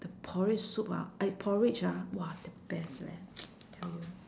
the porridge soup ah I porridge ah !wah! the best leh tell you